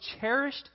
cherished